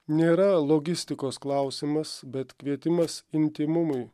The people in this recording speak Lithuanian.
nėra logistikos klausimas bet kvietimas intymumui